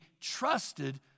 trusted